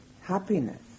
happiness